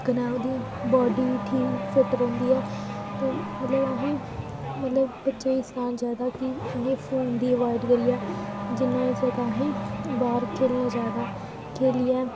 कन्नै ओह्दी बॉडी ठीक फिट रौह्ंदी ऐ ते मतलब अहें ई मतलब बच्चें ई सनाना चाहि्दा कि अहें फोन गी अवॉयड करियै जि'न्ना होई सकदा अहें ई बाह्र खेल्लना चाहि्दा खेल्लियै